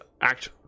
act